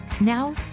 Now